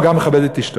הוא גם מכבד את אשתו.